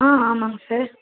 ஆ ஆமாங்க சார்